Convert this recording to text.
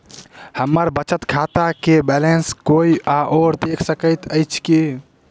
हम्मर बचत खाता केँ बैलेंस कोय आओर देख सकैत अछि की